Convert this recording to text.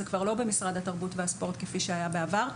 זה כבר לא במשרד התרבות והספורט כפי שהיה בעבר,